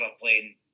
playing